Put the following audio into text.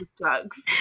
drugs